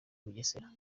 bugesera